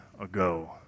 ago